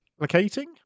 Locating